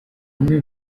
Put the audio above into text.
umwe